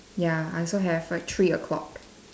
ya I also have like three o-clock